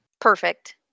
Perfect